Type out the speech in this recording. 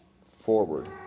Forward